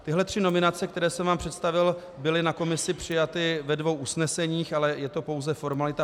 Tyhle tři nominace, které jsem vám představil, byly na komisi přijaty ve dvou usneseních, ale je to pouze formalita.